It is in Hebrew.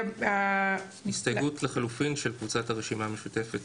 הסתייגות לחלופין של הרשימה המשותפת.